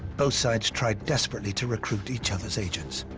both sides tried desperately to recruit each other's agents.